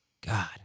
god